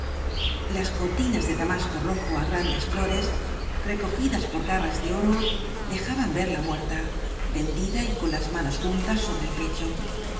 las cortinas de damasco rojo á grandes ño res recogidas por garras de oro dejaban ver ia muerta tendida y con las manos juntas sobre el pecho